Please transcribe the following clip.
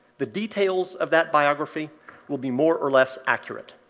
the details of that biography will be more or less accurate.